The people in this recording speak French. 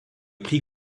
prix